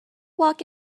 walk